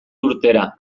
urtera